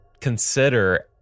consider